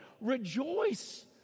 rejoice